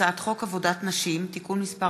הצעת חוק עבודת נשים (תיקון מס'